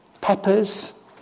peppers